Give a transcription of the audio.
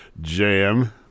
jam